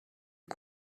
est